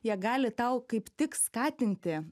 jie gali tau kaip tik skatinti